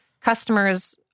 customers